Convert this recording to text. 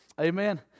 Amen